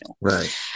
Right